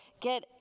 get